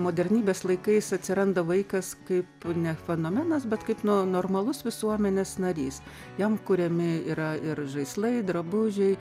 modernybės laikais atsiranda vaikas kaip ne fenomenas bet kaip nu normalus visuomenės narys jam kuriami yra ir žaislai drabužiai